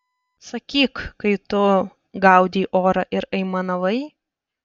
sakyk kai tu gaudei orą ir aimanavai